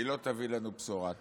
היא לא תביא לנו בשורה.